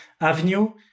Avenue